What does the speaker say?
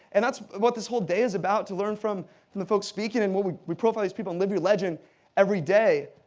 and that's what this whole day is about, to learn from from the folks speaking, and we we profile these people on live your legend every day,